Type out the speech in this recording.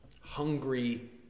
hungry